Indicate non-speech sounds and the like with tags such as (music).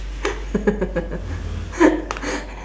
(laughs)